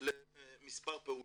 למספר פעולות.